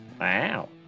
Wow